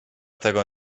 tego